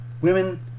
women